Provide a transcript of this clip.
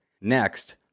Next